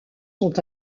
sont